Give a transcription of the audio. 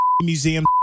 Museum